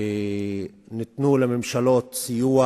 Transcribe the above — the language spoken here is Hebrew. ניתן לממשלות סיוע,